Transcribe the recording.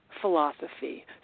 philosophy